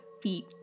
feet